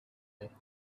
way